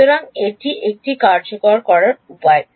সুতরাং এটি কার্যকর করার এক উপায়